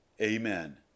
Amen